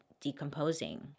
decomposing